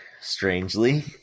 strangely